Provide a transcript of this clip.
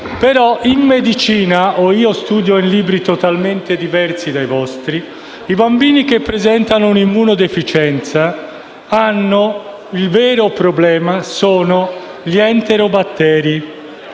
Però in medicina - o io studio in libri totalmente diversi dai vostri - per i bambini che presentano immunodeficienza il vero problema sono gli enterobatteri